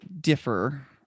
differ